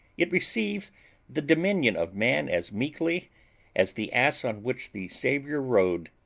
it receives the dominion of man as meekly as the ass on which the saviour rode.